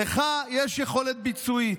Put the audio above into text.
לך יש יכולת ביצועית.